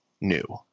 new